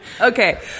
Okay